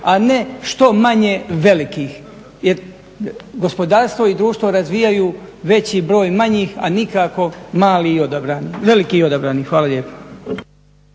a ne što manje velikih jer gospodarstvo i društvo razvijaju veći broj manjih, a nikako veliki i odabrani. Hvala lijepo.